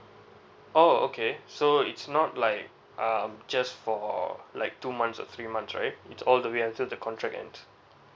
oh okay so it's not like um just for like two months or three months right it's all the way until the contract ends